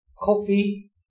Coffee